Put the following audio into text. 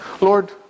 Lord